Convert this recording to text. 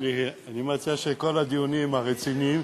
אני מציע שכל הדיונים הרציניים